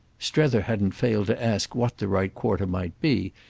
strether hadn't failed to ask what the right quarter might be,